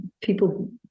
people